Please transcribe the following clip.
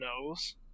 knows